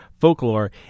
folklore